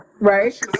Right